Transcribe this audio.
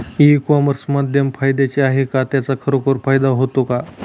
E commerce माध्यम फायद्याचे आहे का? त्याचा खरोखर फायदा होतो का?